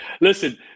Listen